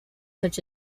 such